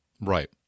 Right